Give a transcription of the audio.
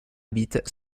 bits